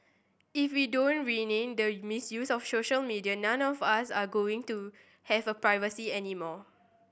if we don't rein in the misuse of social media none of us are going to have a privacy anymore